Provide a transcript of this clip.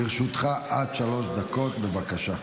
לרשותך עד שלוש דקות, בבקשה.